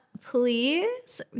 Please